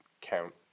count